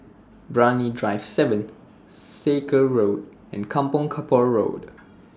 Brani Drive seven Sakra Road and Kampong Kapor Road